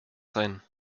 sein